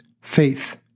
Faith